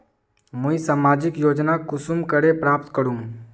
मुई सामाजिक योजना कुंसम करे प्राप्त करूम?